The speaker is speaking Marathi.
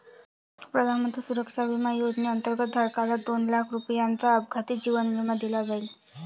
प्रधानमंत्री सुरक्षा विमा योजनेअंतर्गत, धारकाला दोन लाख रुपयांचा अपघाती जीवन विमा दिला जाईल